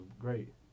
great